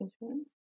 insurance